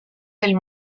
del